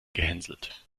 gehänselt